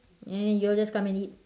and then you all just come and eat